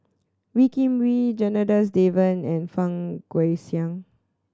Wee Kim Wee Janadas Devan and Fang Guixiang